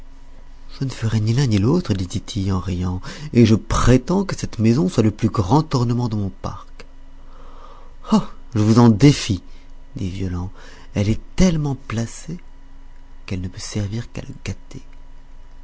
je ne ferai ni l'un ni l'autre dit tity en riant et je prétends que cette maison soit le plus grand ornement de mon parc oh je vous en défie dit violent elle est tellement placée qu'elle ne peut servir qu'à le gâter